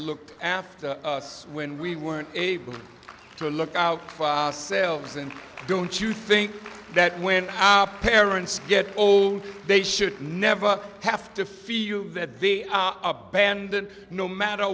looked after us when we weren't able to look out for selves and don't you think that when our parents get older they should never have to feel that they are abandoned no matter